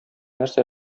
нәрсә